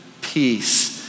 peace